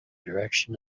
direction